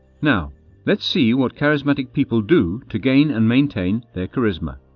now let's see what charismatic people do to gain and maintain their charisma